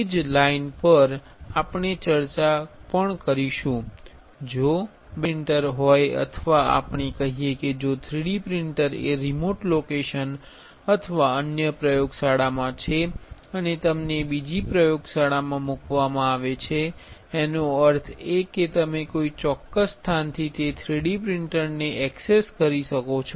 તે જ લાઇન પર આપણે ચર્ચા પણ કરીશું જો બે 3D પ્રિંટર હોય અથવા આપણે કહીએ કે જો 3D પ્રિન્ટર એ રિમોટ લોકેશન અથવા અન્ય પ્રયોગશાળામાં છે અને તમને બીજી પ્રયોગશાળામાં મૂકવામાં આવે છે એનો અર્થ એ કે તમે કોઈ ચોક્ક્સ સ્થાનથી તે 3D પ્રિંટરને એક્સેસ કરી શકો છો